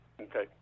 Okay